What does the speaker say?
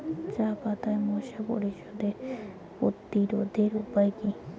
চাপাতায় মশা প্রতিরোধের উপায় কি?